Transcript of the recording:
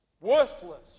worthless